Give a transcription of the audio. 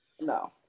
no